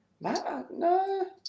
No